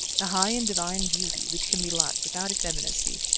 the high and divine beauty which can be loved without effeminacy,